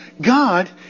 God